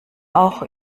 auch